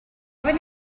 ofyn